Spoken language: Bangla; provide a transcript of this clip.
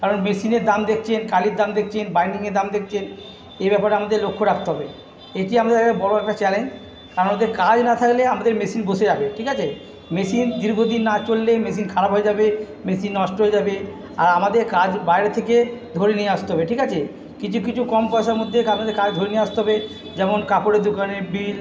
কারণ মেশিনের দাম দেখছেন কালির দাম দেখছেন বাইন্ডিংয়ের দাম দেখছেন এ ব্যাপারে আমাদেরকে লক্ষ্য রাখতে হবে এটি আমাদের একটা বড়ো একটা চ্যালেঞ্জ তার মধ্যে কাজ না থাকলে আমাদের মেশিন বসে যাবে ঠিক আছে মেশিন দীর্ঘ দিন না চললে মেশিন খারাপ হয়ে যাবে মেশিন নষ্ট হয়ে যাবে আর আমাদের কাজ বাইরে থেকে ধরে নিয়ে আসতে হবে ঠিক আছে কিছু কিছু কম পয়সার মধ্যে কাজ ধরে নিয়ে আসতে হবে যেমন কাপড়ের দোকানের বিল